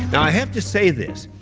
i have to say this.